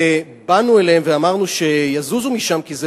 ובאנו אליהם ואמרנו שיזוזו משם כי זה